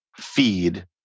feed